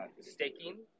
staking